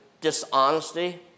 dishonesty